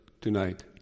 tonight